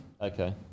Okay